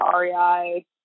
rei